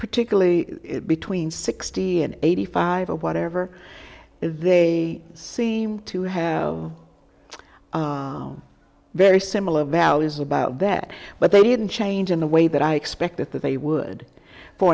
particularly between sixty and eighty five or whatever they seem to have very similar values about that but they didn't change in the way that i expected that they would for